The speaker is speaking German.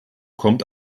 kommt